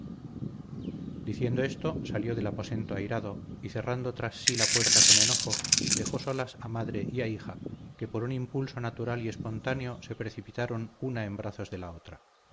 diciendo esto salió del aposento airado y cerrando tras sí la puerta con enojo dejó solas a madre y a hija que por un impulso natural y espontáneo se precipitaron una en brazos de la otra